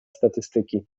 statystyki